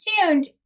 tuned